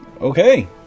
okay